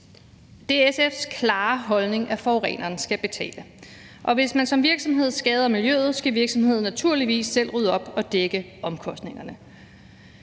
Det er SF's klare holdning, at forureneren skal betale. Og hvis en virksomhed skader miljøet, skal virksomheden naturligvis selv rydde op og dække omkostningerne.